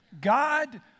God